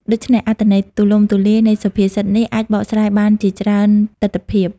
ដូច្នេះ អត្ថន័យទូលំទូលាយនៃសុភាសិតនេះអាចបកស្រាយបានជាច្រើនទិដ្ឋភាព។